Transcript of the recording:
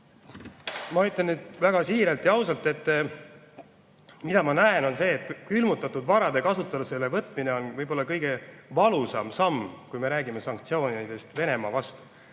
Ma ütlen nüüd väga siiralt ja ausalt, et mida ma näen, on see, et külmutatud varade kasutusele võtmine on võib-olla kõige valusam samm, kui me räägime sanktsioonidest Venemaa vastu,